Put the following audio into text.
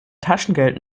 taschengeld